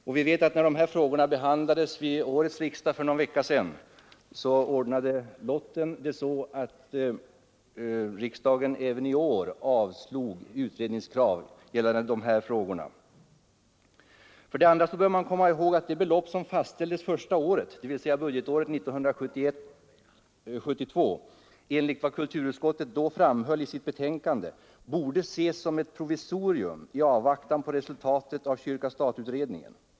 Och när dessa frågor behandlades här i riksdagen för någon vecka sedan ordnade ju lotten det så att riksdagen även i år avslog krav på utredning. För det andra bör man komma ihåg att det belopp som fastställdes första året — dvs. budgetåret 1971/72 — enligt vad kulturutskottet då framhöll i sitt betänkande borde ses som ett provisorium i avvaktan på resultatet av kyrka—stat-utredningen.